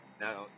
Now